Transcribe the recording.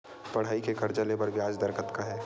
पढ़ई के कर्जा ले बर ब्याज दर कतका हे?